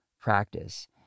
Practice